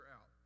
out